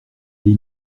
les